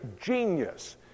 genius